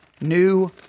new